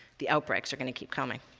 the outbreaks are going to keep coming.